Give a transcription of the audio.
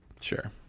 sure